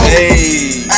Hey